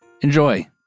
Enjoy